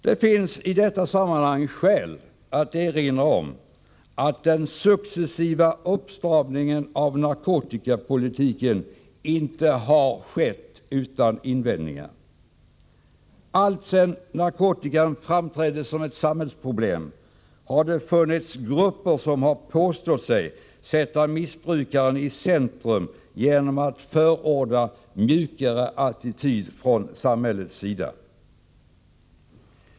Det finns i detta sammanhang skäl att erinra om att den successiva uppstramningen av narkotikapolitiken inte har skett utan invändningar. Alltsedan narkotikan framträdde som ett samhällsproblem har det funnits grupper som har påstått sig sätta missbrukaren i centrum genom att förorda en mjukare attityd från samhällets sida.